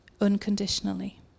unconditionally